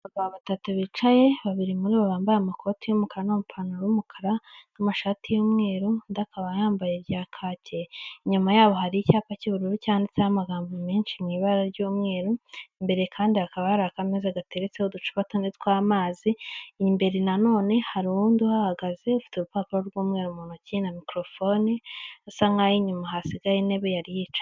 Abagabo batatu bicaye, babiri muri bo bambaye amakoti y'umukara n'amapantaro y'umukara n'amashati y'umweru, undi akaba yambaye irya kacye, inyuma yabo hari icyapa cy'ubururu cyanditseho amagambo menshi mu ibara ry'umweru, imbere kandi hakaba hari akameza gateretseho uducupa tune tw'amazi, imbere na none hari uwundi uhahagaze, ufite urupapuro rw'umweru mu ntoki na mikorofone, bisa nk'aho inyuma hasigaye intebe yari yicayeho.